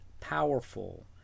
powerful